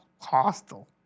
hostile